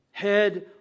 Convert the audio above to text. Head